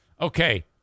Okay